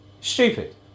Stupid